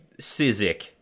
Sizik